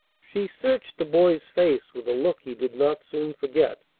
she searched the boy's face with a look he did not soon forget.